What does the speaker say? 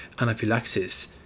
anaphylaxis